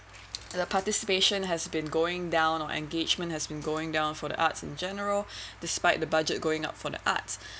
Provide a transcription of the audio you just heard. the participation has been going down or engagement has been going down for the arts in general despite the budget going up for the arts